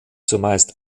zumeist